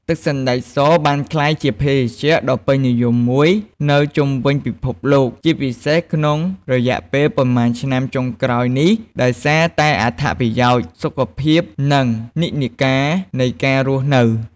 ទឹកសណ្តែកសបានក្លាយជាភេសជ្ជៈដ៏ពេញនិយមមួយនៅជុំវិញពិភពលោក ជាពិសេសក្នុងរយៈពេលប៉ុន្មានឆ្នាំចុងក្រោយនេះ ដោយសារតែអត្ថប្រយោជន៍សុខភាព និងនិន្នាការនៃការរស់នៅ។